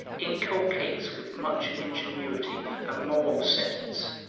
inculcates with much ingenuity a moral sentence,